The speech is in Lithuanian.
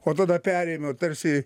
o tada perėmė tarsi